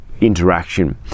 interaction